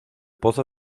pozo